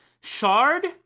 Shard